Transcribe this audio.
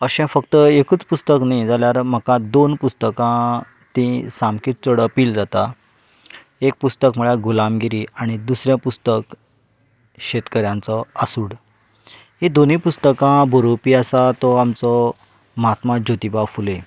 अशें फक्त एकच पुस्तक न्ही जाल्यार म्हाका दोन पुस्तकां तीं सामकी चड अपील जाता एक पुस्तक म्हळ्या गुलामगिरी आनी दुसरें पुस्तक शेतकऱ्यांचो आसूड हीं दोनीय पुस्तकां बरोवपी आसा तो आमचो म्हात्मा ज्योतिबा फुले